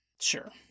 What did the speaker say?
Sure